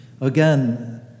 Again